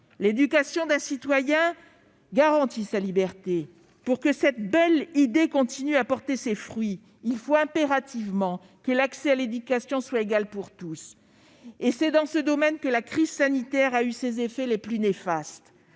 L'éducation d'un citoyen garantit sa liberté. Pour que cette belle idée continue à porter ses fruits, il faut impérativement que l'accès à l'éducation soit égal pour tous. C'est dans ce domaine que la crise sanitaire a eu ses effets les plus néfastes.